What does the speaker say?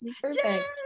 Perfect